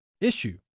issue